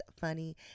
funny